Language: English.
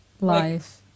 life